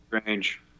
strange